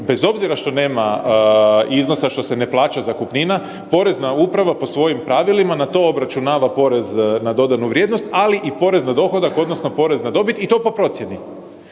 bez obzira što nema iznosa što se ne plaća zakupnina, porezna uprava po svojim pravilima na to obračunava porez na dodanu vrijednost, ali i porez na dohodak odnosno porez na dobit i to po procjeni.